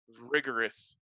rigorous